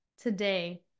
today